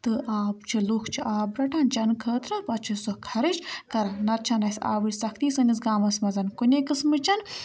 تہٕ آب چھِ لُکھ چھِ آب رَٹان چٮ۪نہٕ خٲطرٕ پَتہٕ چھِ سُہ خرٕچ کَران نَتہٕ چھَنہٕ اَسہِ آبٕچ سَختی سٲنِس گامَس منٛز کُنے قٕسمٕچ